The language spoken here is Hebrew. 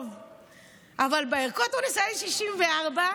אבל בערכות אונס היה לי 64,